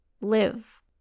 Live